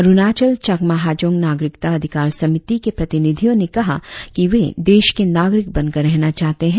अरुणाचल चकमा हाजोंग नागरिकता अधिकार समिति के प्रतिनिधियों ने कहा कि वे देश के नागरिक बनकर रहना चाहते है